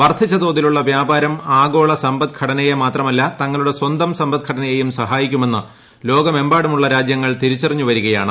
വർദ്ധിച്ച തോതിലുള്ള വ്യാപാരം ആഗോള സമ്പദ്ഘടനയെ മാത്രമല്ല തങ്ങളുടെ സ്വന്തം സമ്പദ്ഘടനയെയും സഹായിക്കുമെന്ന് ലോകമെമ്പാടുമുള്ള രാജൃങ്ങൾ തിരിച്ചറിഞ്ഞു വരികയാണ്